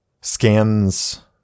scans